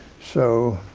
so